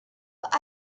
but